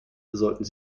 sollten